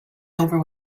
over